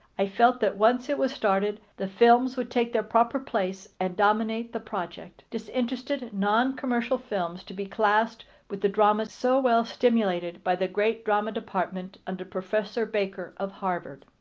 i felt that once it was started the films would take their proper place and dominate the project, disinterested non-commercial films to be classed with the dramas so well stimulated by the great drama department under professor baker of harvard.